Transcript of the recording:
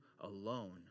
alone